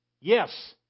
yes